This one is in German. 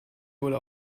wurde